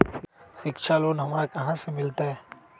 शिक्षा लोन हमरा कहाँ से मिलतै?